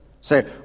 Say